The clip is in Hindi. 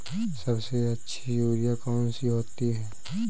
सबसे अच्छी यूरिया कौन सी होती है?